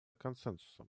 консенсусом